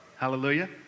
Hallelujah